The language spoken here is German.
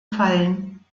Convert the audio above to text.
fallen